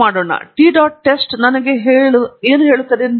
T dot test ನನಗೆ ಹೇಳುವದನ್ನು ನೋಡೋಣ